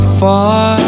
far